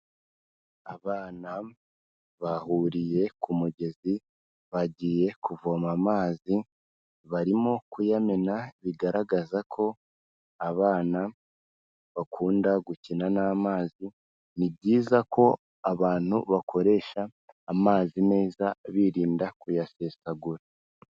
Abana bahuriye ku mugezi bagiye kuvoma amazi, barimo kuyamena bigaragaza ko abana bakunda gukina n'amazi, ni byiza ko abantu bakoresha amazi meza birinda kuyasesagura.